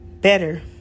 better